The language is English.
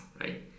right